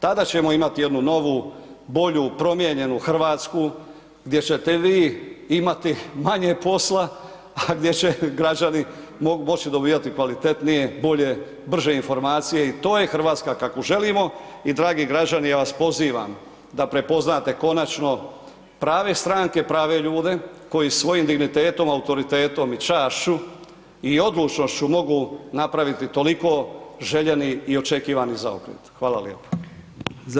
Tada ćemo imati jednu novu, bolju promijenjenu Hrvatsku gdje ćete vi imati manje posla a gdje će građani moći dobivati kvalitetnije, bolje, brže informacije, i to je Hrvatska kakvu želimo i dragi građani, ja vas pozivam da prepoznate konačno prave stranke, prave ljude koji svojim dignitetom, autoritetom i čašću i odlučnošću mogu napraviti toliko željeni i očekivani zaokret, hvala lijepa.